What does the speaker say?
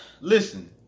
listen